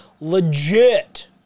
legit